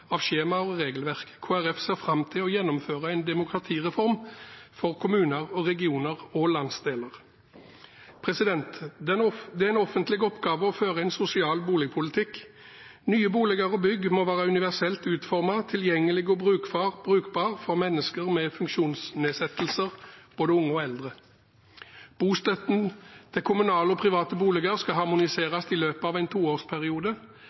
av skjemaer og regelverk. Kristelig Folkeparti ser fram til å gjennomføre en demokratireform for kommuner, regioner og landsdeler. Det er en offentlig oppgave å føre en sosial boligpolitikk. Nye boliger og bygg må være universelt utformet, tilgjengelige og brukbare for mennesker med funksjonsnedsettelser, både unge og eldre. Bostøtten til kommunale og private boliger skal harmoniseres i løpet av en toårsperiode.